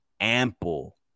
ample